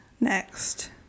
next